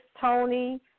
Tony